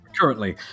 currently